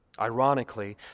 Ironically